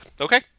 Okay